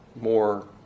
more